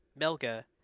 melga